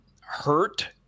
hurt